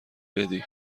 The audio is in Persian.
بدی